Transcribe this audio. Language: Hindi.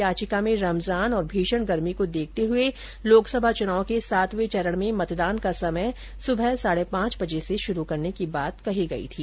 याचिका में रमजान और भीषण गर्मी को देखते हुए लोकसभा चुनाव के सातवें चरण में मतदान का समय सुबह साढ़े पांच बजे से शुरू करने की बात कही गई थी